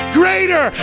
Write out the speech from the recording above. greater